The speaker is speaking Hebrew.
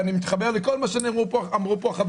ואני מתחבר לכל מה שאמרו החברים,